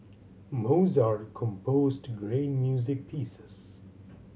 Mozart composed great music pieces